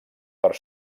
per